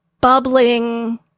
bubbling